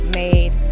made